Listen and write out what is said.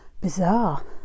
bizarre